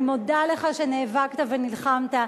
אני מודה לך שנאבקת ונלחמת.